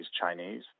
Chinese